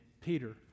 Peter